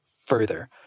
further